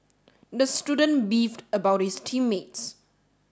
the student beefed about his team mates